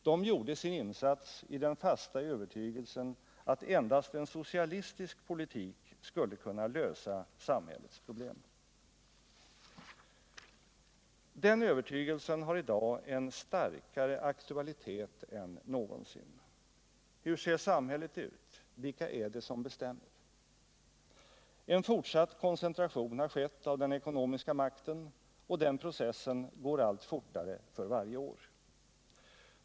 De gjorde sin insats i den fasta övertygelsen att endast en socialistisk politik skulle kunna lösa samhällets problem. Den övertygelsen hari dag en starkare aktualitet än någonsin. Hur ser samhället ut? Vilka är det som bestämmer? En fortsatt koncentration har skett av den ekonomiska makten, och den processen går allt fortare för varje år.